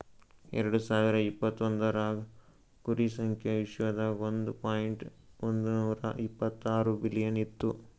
ಎರಡು ಸಾವಿರ ಇಪತ್ತೊಂದರಾಗ್ ಕುರಿ ಸಂಖ್ಯಾ ವಿಶ್ವದಾಗ್ ಒಂದ್ ಪಾಯಿಂಟ್ ಒಂದ್ನೂರಾ ಇಪ್ಪತ್ತಾರು ಬಿಲಿಯನ್ ಇತ್ತು